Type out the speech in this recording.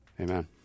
Amen